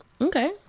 Okay